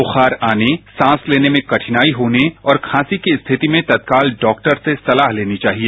बुखार आने सांस लोने में कठिनाई होने और खांसी की स्थिति में तत्काल डॉक्टर से सलाह लेनी चाहिए